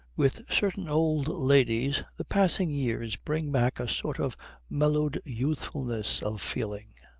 with certain old ladies the passing years bring back a sort of mellowed youthfulness of feeling,